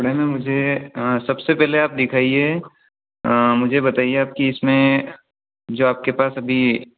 कपड़े में मुझे सबसे पहले आप दिखाइये मुझे बताइए आपकी इसमें जो आपके पास अभी